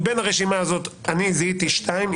מבין הרשימה הזאת אני זיהיתי שניים.